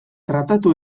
tratatu